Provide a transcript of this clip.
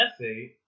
essay